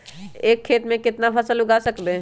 एक खेत मे केतना फसल उगाय सकबै?